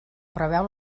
preveu